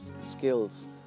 skills